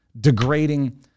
degrading